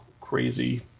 crazy